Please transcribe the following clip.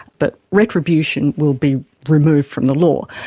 but retribution will be removed from the law.